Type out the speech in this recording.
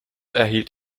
erhielt